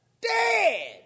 Dead